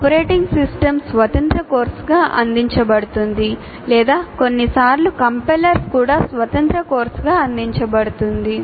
operating system స్వతంత్ర కోర్సుగా అందించబడుతుంది లేదా కొన్నిసార్లు "కంపైలర్స్" కూడా స్వతంత్ర కోర్సుగా అందించబడుతుంది